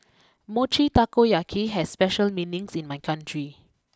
Mochi Taiyaki has special meanings in my country